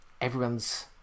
everyone's